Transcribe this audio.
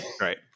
Right